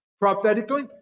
prophetically